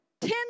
ten